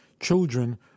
children